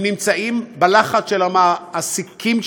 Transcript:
הם נמצאים בלחץ של המעסיקים שלהם,